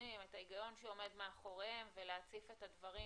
הנתונים ואת ההיגיון שעומד מאחוריהם ולהציף את הדברים